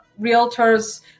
Realtors